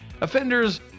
Offenders